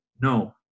No